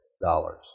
dollars